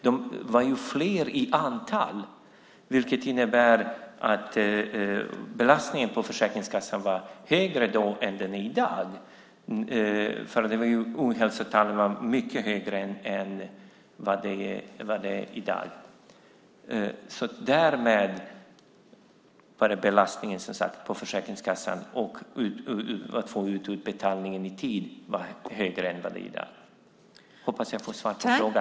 Behovet var mer omfattande, vilket innebär att belastningen på Försäkringskassan var högre då än den är i dag. Ohälsotalen var alltså mycket högre än vad de är i dag. Därmed var belastningen på Försäkringskassan när det gällde att få ut utbetalningarna i tid högre än i den är i dag. Jag hoppas få svar på frågan.